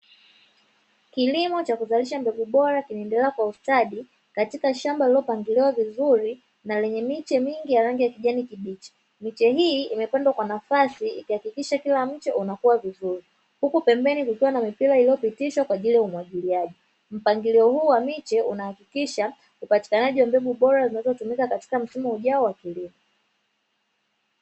Kilimo cha kuzalisha mbegu bora kinaendelea kwa ustadi, katika shamba lililopangiliwa vizuri na lenye miche mingi ya rangi ya kijani kibichi. Miche hii imepandwa kwa nafasi ikihakikisha kila mti unakuwa vizuri, huku pembeni kukiwa na mipira iliyopitishwa kwa ajili ya umwagiliaji. Mpangilio huu wa miche, unahakikisha upatikanaji wa mbegu bora zinazotumika katika msimu ujao wa kilimo.